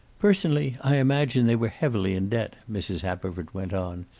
personally, i imagine they were heavily in debt, mrs. haverford went on.